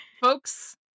Folks